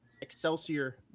Excelsior